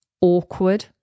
awkward